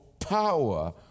power